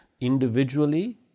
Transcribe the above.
individually